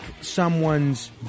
someone's